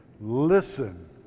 Listen